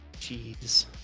jeez